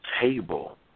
table